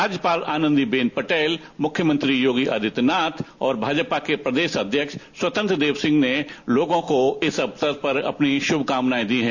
राज्यपाल आनंदीबेन पटेल मुख्यमंत्री योगी आदित्यनाथ और भाजपा प्रदेश अध्यक्ष स्वतंत्र देव सिंह ने लोगों को इस अवसर पर अपनी शुभकामनाएं दी हैं